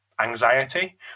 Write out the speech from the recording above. anxiety